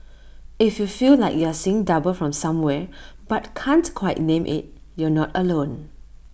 if you feel like you're seeing double from somewhere but can't quite name IT you're not alone